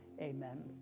Amen